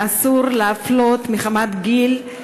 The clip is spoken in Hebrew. ואסור להפלות מחמת גיל.